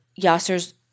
Yasser's